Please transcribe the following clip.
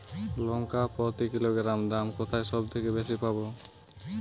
লঙ্কা প্রতি কিলোগ্রামে দাম কোথায় সব থেকে বেশি পাব?